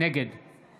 נגד